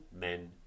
men